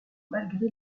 malgré